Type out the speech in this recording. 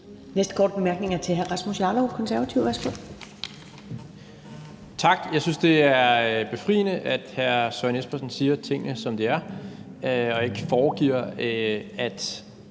næste korte bemærkning er til hr. Rasmus Jarlov, De Konservative. Værsgo. Kl. 15:04 Rasmus Jarlov (KF): Tak. Jeg synes, at det er befriende, at hr. Søren Espersen siger tingene, som de er, og ikke foregiver, at